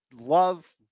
love